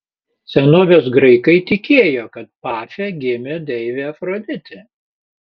senovės graikai tikėjo kad pafe gimė deivė afroditė